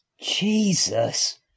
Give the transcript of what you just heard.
Jesus